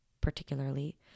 particularly